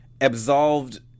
absolved